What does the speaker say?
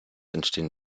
entstehen